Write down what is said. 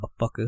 motherfucker